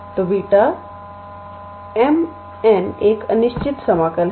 तो B 𝑚 n एक अनिश्चित समाकल है